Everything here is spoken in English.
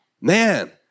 Man